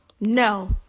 No